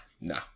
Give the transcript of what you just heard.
No